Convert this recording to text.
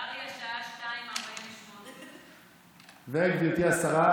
קרעי, השעה 02:48. וגברתי השרה?